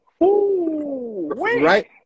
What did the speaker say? right